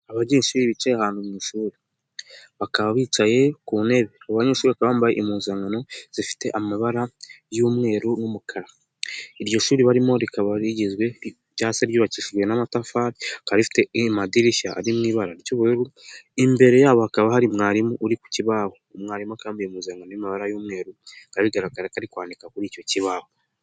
Abanyeshuri bicaye ahantu mu ishuri bakaba bicaye ku ntebe, abanyeshuri bambaye impuzankano zifite amabara y'umweru n'umukara, iryo shuri barimo rikaba rigizwe cyangwa se ryubakishijwe n'amatafari, rikaba rifite n'amadirishya ari mu ibara ry'ubururu, imbere yabo hakaba hari mwarimu uri ku kibaho, umwarimu akaba yambaye impuzankano iri mu mabara y'umweru bikaba bigaragara ko ari kwandika kuri icyo kibaho.